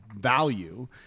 value